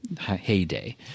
heyday